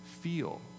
feel